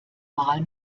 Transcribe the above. mal